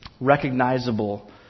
recognizable